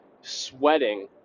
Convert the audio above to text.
sweating